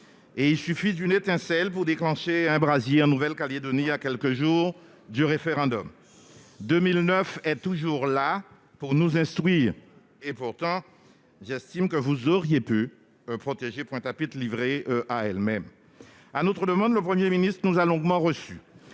Il suffit d'une étincelle pour déclencher un brasier en Nouvelle-Calédonie, à quelques jours du référendum. L'année 2009 est toujours là pour nous instruire. Pourtant, j'estime que vous auriez pu mieux protéger Pointe-à-Pitre, livrée à elle-même. À notre demande, le Premier ministre nous a longuement reçus.